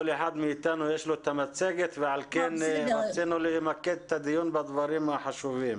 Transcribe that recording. לכל אחד מאיתנו יש את המצגת ועל כן רצינו למקד את הדיון בדברים החשובים.